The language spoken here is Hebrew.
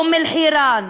באום-אלחיראן,